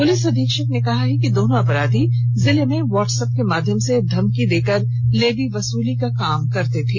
police अधीक्षक ने कहा है कि दोनों अपराधी जिले में व्हाट्स अप के माध्यम से धमकी दे लेवी वसुली कार्य कर रहे थे